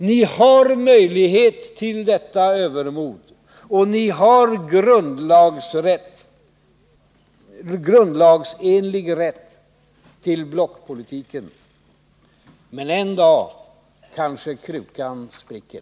Ni har möjlighet till detta övermod och grundlagsenlig rätt till blockpolitiken. Men en dag kanske krukan spricker.